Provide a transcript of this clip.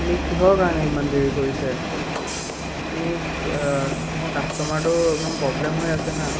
আপুনি কিহৰ কাৰণে ইমান দেৰি কৰিছে আপুনি মই কাষ্টমাৰটোৰ একদম প্ৰবলেম হৈ আছে না